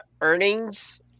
earnings